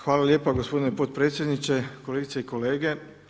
Hvala lijepa gospodine potpredsjedniče, kolegice i kolege.